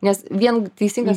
nes vien teisingas